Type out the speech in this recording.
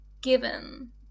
given